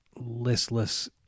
listless